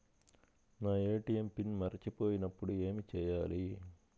నా ATM PIN మరచిపోయినప్పుడు ఏమి చేయాలి?